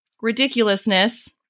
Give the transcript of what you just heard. ridiculousness